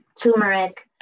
turmeric